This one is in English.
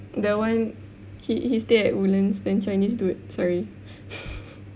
the one he he stay at Woodlands then Chinese dude sorry